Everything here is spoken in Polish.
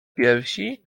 piersi